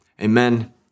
Amen